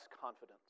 confidence